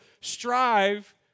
strive